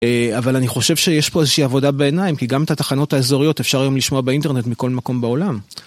אבל אני חושב שיש פה איזושהי עבודה בעיניים כי גם את התחנות האזוריות אפשר היום לשמוע באינטרנט מכל מקום בעולם.